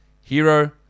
Hero